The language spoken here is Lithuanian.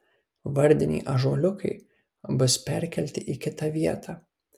vardiniai ąžuoliukai bus perkelti į kitą vietą